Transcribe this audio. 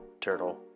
Turtle